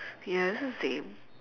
ya it's the same